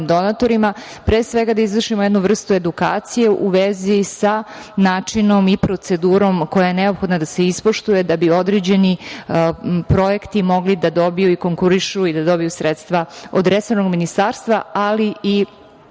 donatorima pre svega da izvršimo jednu vrstu edukacije u vezi sa načinom i procedurom koja je neophodna da se ispoštuje da bi određeni projekti mogli da dobiju i konkurišu i da dobiju sredstva od resornog ministarstva, ali i